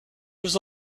was